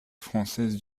françaises